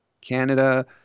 Canada